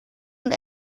und